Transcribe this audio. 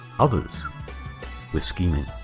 others were scheming.